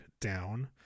down